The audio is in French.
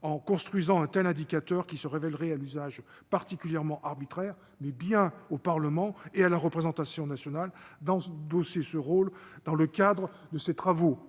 en construisant un tel indicateur, qui se révélerait à l'usage particulièrement arbitraire. C'est au Parlement et à la représentation nationale d'endosser ce rôle dans le cadre de ses travaux